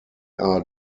are